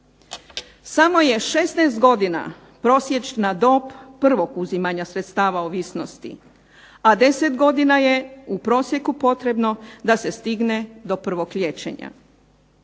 Samo je 16 godina prosječna dob prvog uzimanja sredstava ovisnosti, a 10 godina je u prosjeku potrebno da se stigne do prvog liječenja.